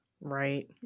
Right